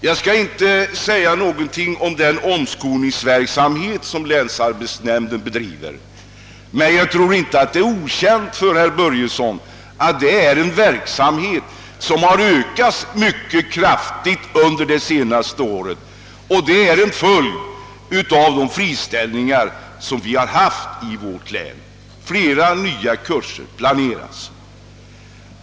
Jag skall inte här redogöra för den omskolningsverksamhet som länsarbetsnämnden bedriver, men jag tror inte att det är okänt för herr Börjesson att denna verksamhet under de senaste åren har ökat mycket kraftigt, såsom en följd av de friställningar som skett i vårt län. Flera nya kurser planeras.